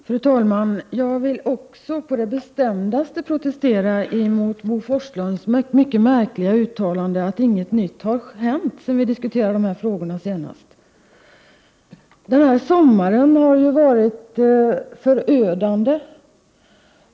Fru talman! Jag vill också på det bestämdaste protestera mot Bo Forslunds mycket märkliga uttalande att inget nytt har hänt sedan vi senast diskuterade dessa frågor. Den gångna sommaren har ju varit förödande.